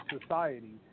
society –